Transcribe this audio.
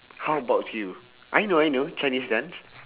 how about you I know I know chinese dance